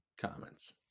comments